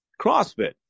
crossfit